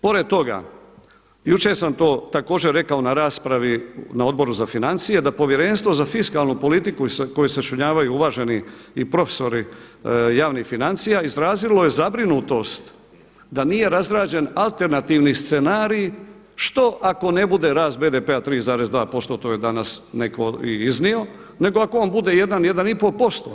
Pored toga, jučer sam to također rekao na raspravi na Odboru za financije da povjerenstvo za fiskalnu politiku koju sačinjavaju uvaženi i profesori javnih financija izrazilo je zabrinutost da nije razrađen alternativni scenarij, što ako ne bude rast BDP-a 3,2%, to je danas neko i iznio nego ako on bude 1, 1,5%